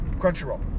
Crunchyroll